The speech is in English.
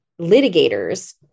litigators